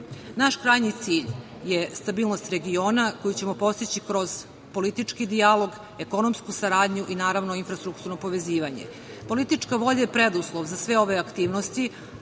krajnji cilj je stabilnost regiona koju ćemo postići kroz politički dijalog, ekonomsku saradnju i, naravno, infrastrukturno povezivanje. Politička volja je preduslov za sve ove aktivnosti,